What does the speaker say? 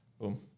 Boom